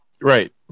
Right